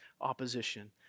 opposition